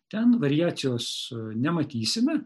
ten variacijos nematysime